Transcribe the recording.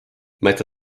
metsa